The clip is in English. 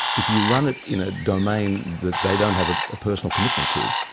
if you run it in a domain that they don't have ah a personal commitment to,